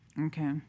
Okay